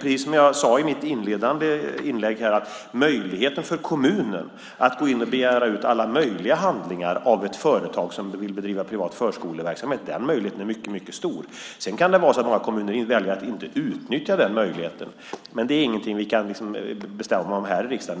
Precis som jag sade i mitt inledande inlägg är möjligheten för kommunen mycket stor att gå in och begära ut alla möjliga handlingar av ett företag som vill bedriva privat förskoleverksamhet. Några kommuner kan välja att inte utnyttja den möjligheten - det är inget vi kan bestämma om här i riksdagen.